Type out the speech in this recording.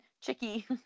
Chicky